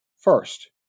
First